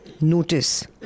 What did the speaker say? notice